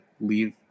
Leave